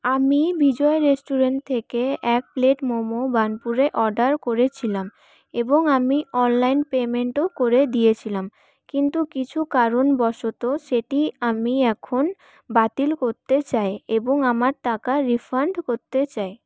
আমি বিজয় রেস্টুরেন্ট থেকে এক প্লেট মোমো বার্নপুরে অর্ডার করেছিলাম এবং আমি অনলাইন পেমেন্টও করে দিয়েছিলাম কিন্তু কিছু কারণবশত সেটি আমি এখন বাতিল করতে চাই এবং আমার টাকা রিফান্ড করতে চাই